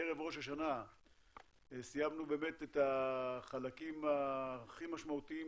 ערב ראש השנה סיימנו את החלקים הכי משמעותיים